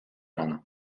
rana